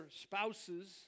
spouses